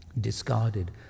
discarded